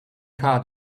car